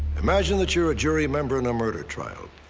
imagine that you're a jury member in a murder trial.